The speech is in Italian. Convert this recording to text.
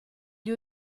gli